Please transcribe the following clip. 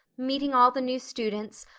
meeting all the new students,